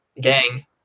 gang